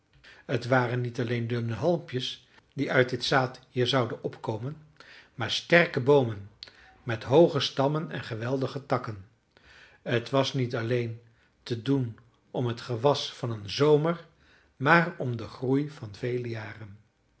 t waren niet alleen dunne halmpjes die uit dit zaad hier zouden opkomen maar sterke boomen met hooge stammen en geweldige takken t was niet alleen te doen om t gewas van een zomer maar om den groei van vele jaren